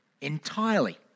entirely